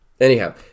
Anyhow